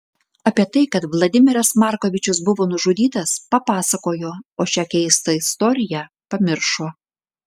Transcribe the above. apie tai kad vladimiras markovičius buvo nužudytas papasakojo o šią keistą istoriją pamiršo